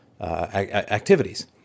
activities